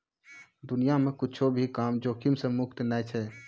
दुनिया मे कुच्छो भी काम जोखिम से मुक्त नै छै